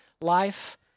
life